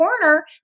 corner